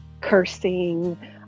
cursing